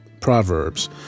Proverbs